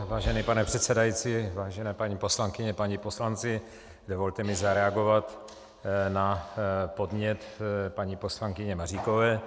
Vážený pane předsedající, vážené paní poslankyně, páni poslanci, dovolte mi zareagovat na podnět paní poslankyně Maříkové.